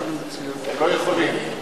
הם לא יכולים.